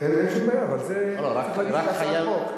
אין שום בעיה, אבל זה, צריך להגיש את הצעת החוק.